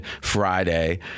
Friday